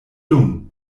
dumm